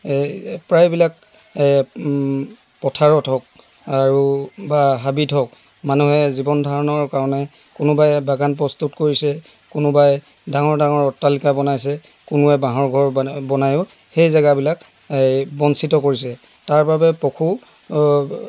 প্ৰায়বিলাক পথাৰত হওক আৰু বা হাবিত হওক মানুহে জীৱন ধাৰণৰ কাৰণে কোনোবাই বাগান প্ৰস্তুত কৰিছে কোনোবাই ডাঙৰ ডাঙৰ অট্টালিকা বনাইছে কোনোবাই বাঁহৰ ঘৰ বনাইয়ো সেই জেগাবিলাক এই বঞ্চিত কৰিছে তাৰবাবে পশু